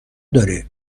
داره